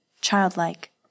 childlike